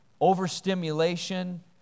overstimulation